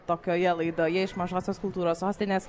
tokioje laidoje iš mažosios kultūros sostinės